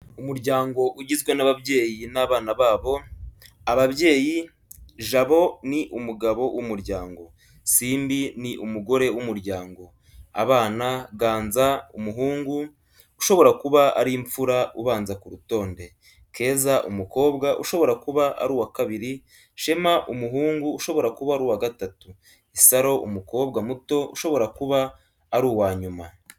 Umuryango ugizwe n’ababyeyi n’abana babo Ababyeyi : Jabo: Ni umugabo w'umuryango. Simbi: Ni umugore w'umuryango. Abana : Ganza: Umuhungu, ushobora kuba ari imfura ubanza ku rutonde. Keza: Umukobwa, ushobora kuba ari uwa kabiri. Shema: Umuhungu, ushobora kuba ari uwa gatatu. Isaro: Umukobwa muto, ushobora kuba ari uwa nyuma.